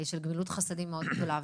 של גמילות חסדים מאוד גדולה.